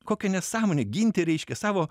kokia nesąmonė ginti reiškia savo